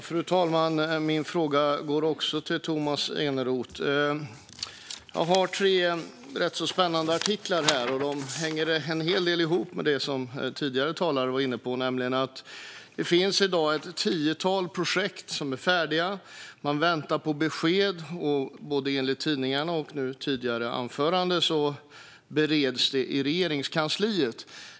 Fru talman! Min fråga går också till Tomas Eneroth. Jag har tre ganska spännande artiklar här. De hänger till stor del ihop med det som tidigare talare var inne på, nämligen att det i dag finns ett tiotal projekt som är färdiga. Man väntar på besked. Enligt både tidningar och vad som sas i tidigare anförande bereds de i Regeringskansliet.